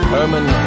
Herman